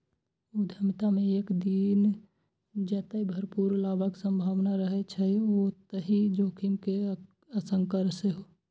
उद्यमिता मे एक दिस जतय भरपूर लाभक संभावना रहै छै, ओतहि जोखिम के आशंका सेहो